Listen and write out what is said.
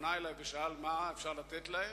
ופנה אלי ושאל: מה אפשר לתת להם?